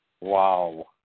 Wow